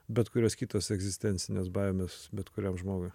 bet kurios kitos egzistencinės baimės bet kuriam žmogui